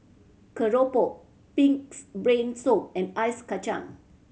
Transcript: keropok Pig's Brain Soup and ice kacang